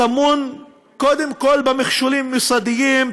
טמון קודם כול במכשולים מוסדיים,